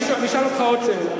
אני אשאל אותך עוד שאלה.